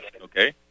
okay